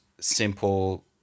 simple